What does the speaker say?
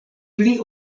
pli